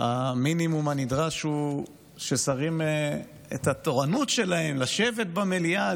המינימום הנדרש הוא שאת התורנות שלהם לשבת במליאה,